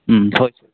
থৈছোঁ